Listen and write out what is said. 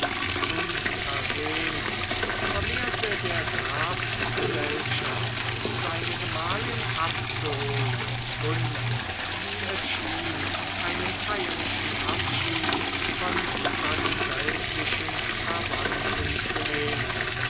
unversehens vermehrte der graf die gesellschaft seine gemahlin abzuholen und wie es schien einen feierlichen abschied von seinen weltlichen verwandten zu nehmen